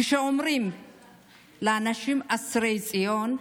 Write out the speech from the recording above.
כשאומרים לאנשים "אסירי ציון"